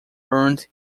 earned